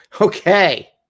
Okay